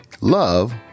love